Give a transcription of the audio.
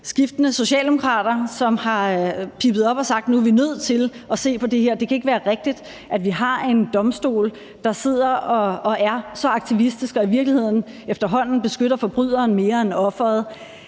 skiftende socialdemokrater, som har pippet op og sagt: Nu er vi nødt til at se på det her; det kan ikke være rigtigt, at vi har en domstol, der sidder og er så aktivistisk og i virkeligheden efterhånden beskytter forbryderen mere end offeret.